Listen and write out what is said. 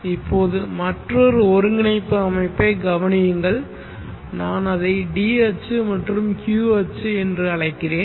இப்போது மற்றொரு ஒருங்கிணைப்பு அமைப்பைக் கவனியுங்கள் நான் அதை d அச்சு மற்றும் q அச்சு என்று அழைக்கிறேன்